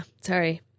sorry